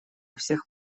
всех